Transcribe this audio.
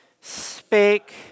spake